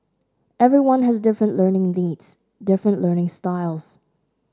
everyone has different learning needs different learning styles